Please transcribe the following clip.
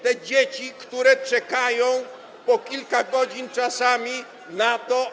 Te dzieci, które czekają po kilka godzin czasami na to.